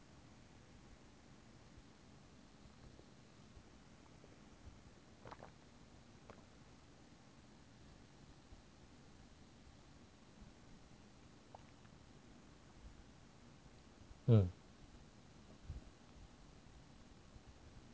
嗯